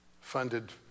funded